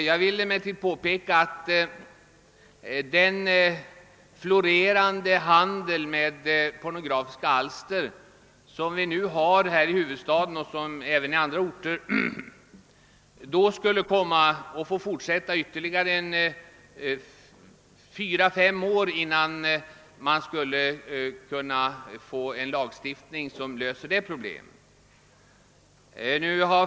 Jag vill emellertid påpeka att den florerande handel med pornografiska alster som nu förekommer här i huvudstaden och även på andra orter skulle komma att fortsätta i ytterligare fyra, fem år innan man skulle kunna få en lagstiftning mot den.